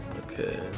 Okay